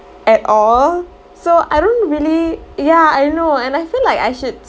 at all so I don't really yeah I know and I feel like I should s~